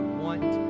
want